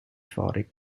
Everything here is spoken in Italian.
fori